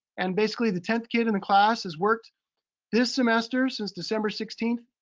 and basically, the tenth kid in the class has worked this semester, since december sixteenth,